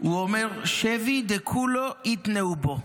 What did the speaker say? הוא אומר: "שבי, דכולהו איתנהו ביה",